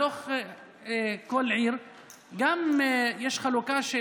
בתוך כל עיר יש גם חלוקה,